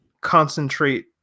concentrate